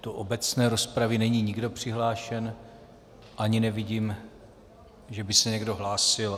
Do obecné rozpravy není nikdo přihlášen a ani nevidím, že by se někdo hlásil.